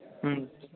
ம்